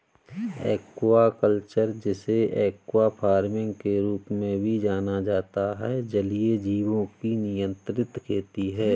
aquaculture, जिसे aqua farming के रूप में भी जाना जाता है, जलीय जीवों की नियंत्रित खेती है